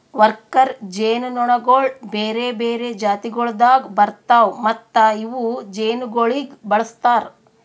worker ಜೇನುನೊಣಗೊಳ್ ಬೇರೆ ಬೇರೆ ಜಾತಿಗೊಳ್ದಾಗ್ ಬರ್ತಾವ್ ಮತ್ತ ಇವು ಜೇನುಗೊಳಿಗ್ ಬಳಸ್ತಾರ್